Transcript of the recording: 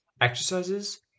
exercises